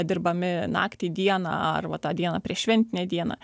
dirbami naktį dieną arba tą dieną prieššventinę dieną